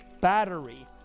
battery